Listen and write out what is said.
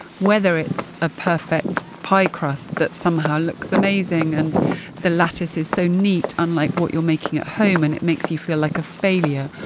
whether it's a perfect pie crust that somehow looks amazing and the lattice is so neat, unlike what you're making at home, and it makes you feel like a failure.